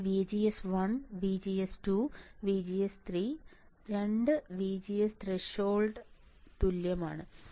എനിക്ക് VGS1 VGS2 VGS3 2 VGS ത്രെഷോൾഡ്ന് തുല്യമാണ്